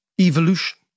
evolution